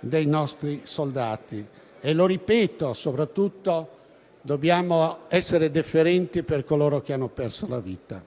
dei nostri soldati e - lo ripeto - soprattutto dobbiamo essere deferenti per coloro che hanno perso la vita.